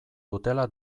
dutela